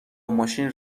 ماشین